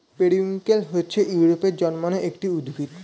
periwinkle হচ্ছে ইউরোপে জন্মানো একটি উদ্ভিদ